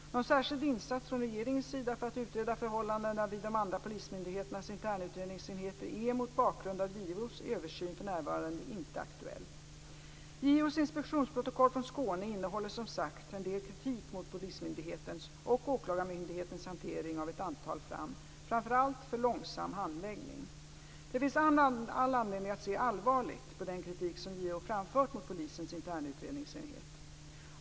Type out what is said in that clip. Någon särskild insats från regeringens sida för att utreda förhållandena vid de andra polismyndigheternas internutredningsenheter är mot bakgrund av JO:s översyn för närvarande inte aktuell. JO:s inspektionsprotokoll från Skåne innehåller som sagt en del kritik mot polismyndighetens och åklagarmyndighetens hantering av ett antal fall, framför allt för långsam handläggning. Det finns all anledning att se allvarligt på den kritik som JO framför mot polisens internutredningsenhet.